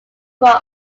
croix